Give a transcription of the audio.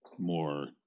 more